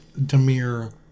Demir